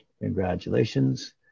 Congratulations